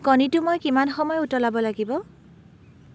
কণীটো মই কিমান সময় উতলাব লাগিব